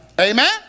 Amen